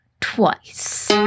twice